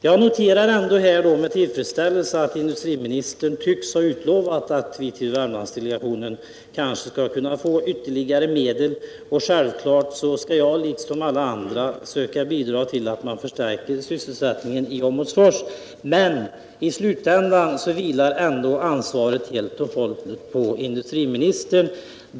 Jag noterar ändå med tillfredsställelse att industriministern tycks ha utlovat att vi till Värmlandsdelegationen kanske skall kunna få ytterligare medel. Självklart skall jag liksom alla andra försöka bidra till att man förstärker sysselsättningen i Åmotfors. Men i slutänden vilar ändå ansvaret helt och hållet på industriministern.